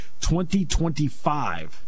2025